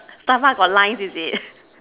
stomach got lines is it